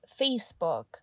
Facebook